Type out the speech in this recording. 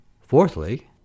Fourthly